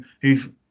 who've